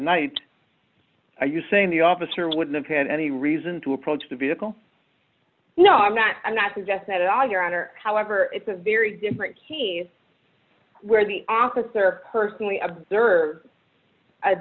night are you saying the officer would have had any reason to approach the vehicle no i'm not i'm not suggesting at all your honor however it's a very different he's where the officer personally observe